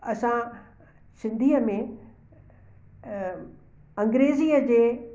असां सिंधीअ में अंग्रेज़ीअ जे